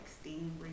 Steam